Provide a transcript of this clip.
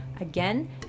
Again